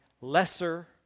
lesser